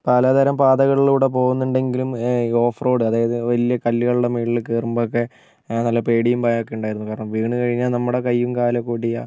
പലതരം പാതകളിലൂടെ പോകുന്നുണ്ടെങ്കിലും ഓഫ് റോഡ് അതായത് വലിയ കല്ലുകളുടെ മേളിൽ കയറുമ്പൊക്കെ നല്ല പേടിയും ഭയമൊക്കെ ഉണ്ടായിരുന്നു കാരണം വീണു കഴിഞ്ഞാൽ നമ്മുടെ കയ്യും കാലൊക്കെ ഒടിയും